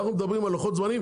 אנחנו מדברים על לוחות זמנים,